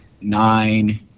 nine